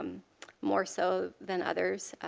um more so than others,